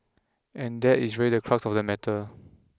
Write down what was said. and that is really the crux of the matter